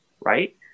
right